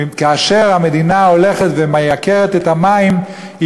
כי כאשר המדינה הולכת ומייקרת את המים היא